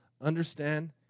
understand